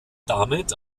damit